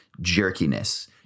jerkiness